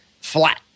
flat